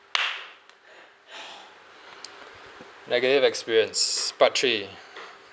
negative experience part three